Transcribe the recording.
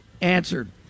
answered